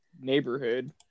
neighborhood